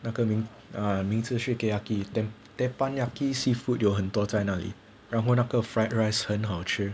那个名啊名字是 kenyaki tepanyaki seafood 有很多在哪里然后那个 fried rice 很好吃